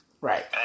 right